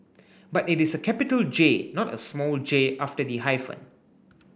but it is a capital J not a small j after the hyphen